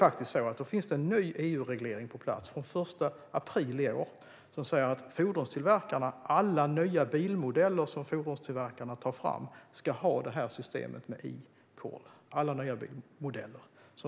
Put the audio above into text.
Det finns en ny EU-reglering på plats från den 1 april i år som säger att alla nya bilmodeller som fordonstillverkarna tar fram ska ha det här systemet med Ecall.